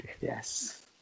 yes